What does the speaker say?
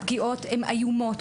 הפגיעות הן איומות,